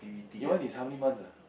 your one is how many months ah